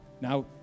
now